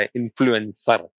influencer